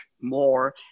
more